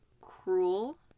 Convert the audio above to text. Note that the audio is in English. cruel